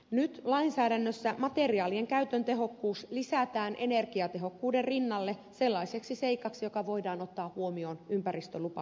nyt lainsäädännössä materiaalien käytön tehokkuus lisätään energiatehokkuuden rinnalle sellaiseksi seikaksi joka voidaan ottaa huomioon ympäristölupamääräyksissä